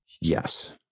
Yes